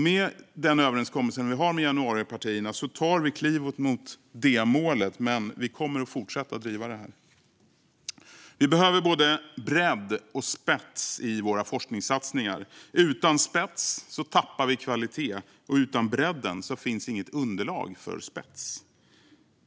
Med den överenskommelse vi har med januaripartierna tar vi klivet mot det målet, men vi kommer att fortsätta att driva detta. Vi behöver både bredd och spets i våra forskningssatsningar. Utan spets tappar vi kvalitet. Utan bredden finns inget underlag för en spets.